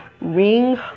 Ring